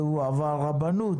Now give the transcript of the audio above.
והוא עבר רבנות,